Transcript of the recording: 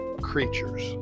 creatures